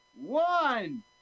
one